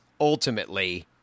ultimately